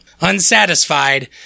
unsatisfied